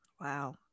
Wow